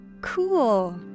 Cool